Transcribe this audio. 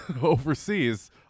overseas